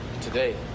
today